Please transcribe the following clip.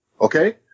Okay